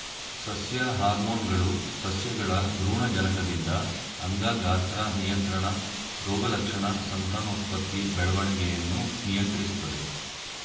ಸಸ್ಯ ಹಾರ್ಮೋನ್ಗಳು ಸಸ್ಯಗಳ ಭ್ರೂಣಜನಕದಿಂದ ಅಂಗ ಗಾತ್ರ ನಿಯಂತ್ರಣ ರೋಗಲಕ್ಷಣ ಸಂತಾನೋತ್ಪತ್ತಿ ಬೆಳವಣಿಗೆಯನ್ನು ನಿಯಂತ್ರಿಸ್ತದೆ